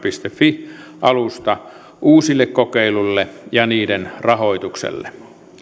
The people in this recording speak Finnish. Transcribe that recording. fi alusta uusille kokeiluille ja niiden rahoitukselle